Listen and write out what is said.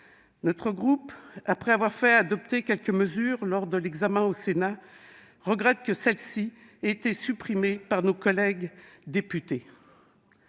Notre groupe, après avoir fait adopter quelques mesures lors de l'examen au Sénat, regrette que celles-ci aient été supprimées par nos collègues députés.